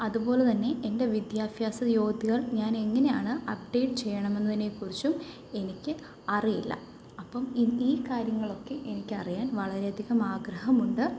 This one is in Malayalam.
അതുപോലെ തന്നെ എന്റെ വിദ്യാഭ്യാസ യോഗ്യതകൾ ഞാനെങ്ങനെയാണ് അപ്ഡേറ്റ് ചെയ്യണമെന്നതിനേക്കുറിച്ചും എനിക്ക് അറിയില്ല അപ്പം ഈ ഈ കാര്യങ്ങളൊക്കെ എനിക്കറിയാൻ വളരെയധികം ആഗ്രഹമുണ്ട്